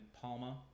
Palma